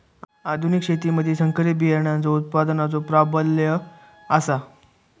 आधुनिक शेतीमधि संकरित बियाणांचो उत्पादनाचो प्राबल्य आसा